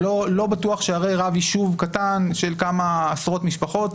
לא הרי רב יישוב קטן של כמה עשרות משפחות